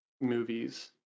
movies